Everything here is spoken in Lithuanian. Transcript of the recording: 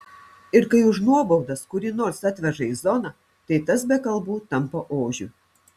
ir kai už nuobaudas kurį nors atveža į zoną tai tas be kalbų tampa ožiu